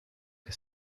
que